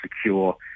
secure